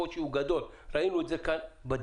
הקושי הוא גדול וראינו את זה כן בדיון.